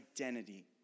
identity